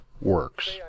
works